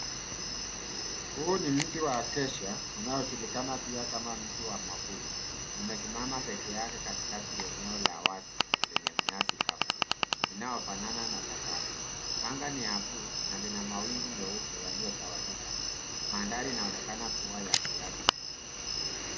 Huu ni mti wa acacia unaojulikana pia kama mti wa mwavuli. Umesimama pekeake katikati ya eneo la wazi lenye nyasi kavu, linaofanana na Savanna. Anga ni la blue , na lina mawingu meupe yaliyotawanyika. Mandhari inaonekana kua ya kiasili.